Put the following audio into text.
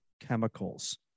chemicals